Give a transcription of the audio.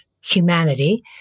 humanity